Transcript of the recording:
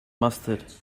mustard